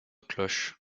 cloche